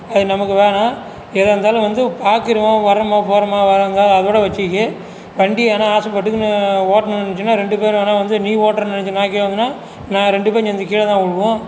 அது நமக்கு வேணாம் எதாக இருந்தாலும் வந்து பார்க்குறோம் வரறோமா போகிறோமா வராங்க அதோடு வச்சுக்க வண்டி எதுனால் ஆசைப்பட்டுக்கின்னு ஓட்டணும்னு நினைத்தோம்னா ரெண்டு பேரும் ஆனால் வந்து நீ ஓட்டுறேன்னு நினைச்சு நான் கீழே விழுந்தன்னால் நான் ரெண்டு பேரும் சேர்ந்து கீழேதான் விழுவோம்